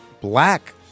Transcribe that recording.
black